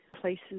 places